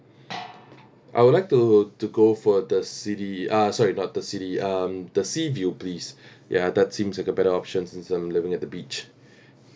I would like to to go for the city uh sorry not the city um the seaview please ya that seems like a better option since I'm living at the beach